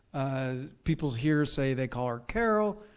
ah people here say they call her carol.